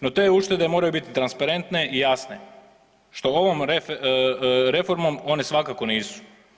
No te uštede moraju biti transparentne i jasne, što ovom reformom one svakako nisu.